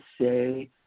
say